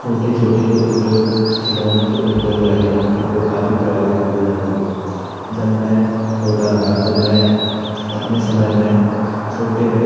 छोटे छोटे जो उद्योग खिलौनों के उद्योग रहे उनको काफ़ी प्रभावित हुए हैं वो जब मैं छोटा रहा तो मैं अपने समय में छोटे में